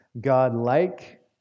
God-like